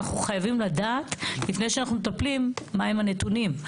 אנחנו חייבים לדעת לפני שאנחנו מטפלים מהם הנתונים,